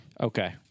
Okay